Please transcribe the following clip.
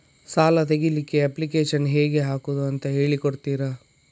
ಸಾಲ ತೆಗಿಲಿಕ್ಕೆ ಅಪ್ಲಿಕೇಶನ್ ಹೇಗೆ ಹಾಕುದು ಅಂತ ಹೇಳಿಕೊಡ್ತೀರಾ?